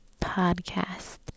podcast